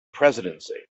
presidency